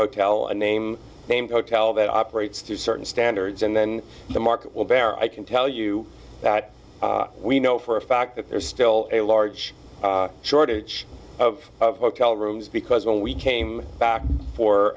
hotel a name name hotel that operates to certain standards and then the market will bear i can tell you that we know for a fact that there's still a large shortage of hotel rooms because when we came back for